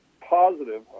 positive